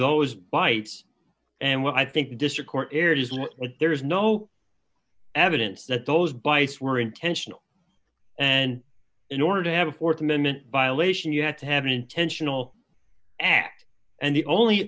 those bites and what i think the district court here is what there is no evidence that those bites were intentional and in order to have a th amendment violation you had to have an intentional act and the only